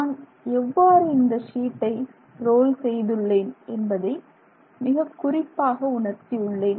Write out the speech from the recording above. நான் எவ்வாறு இந்த ஷீட்டை ரோல் செய்துள்ளேன் என்பதை மிகக் குறிப்பாக உணர்த்தி உள்ளேன்